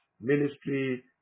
ministry